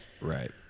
Right